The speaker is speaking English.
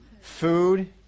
food